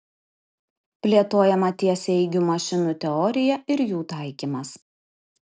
plėtojama tiesiaeigių mašinų teorija ir jų taikymas